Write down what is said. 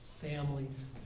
families